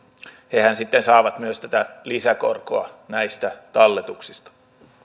hehän sitten saavat myös tätä lisäkorkoa näistä talletuksista